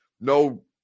no –